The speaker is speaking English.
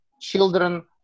children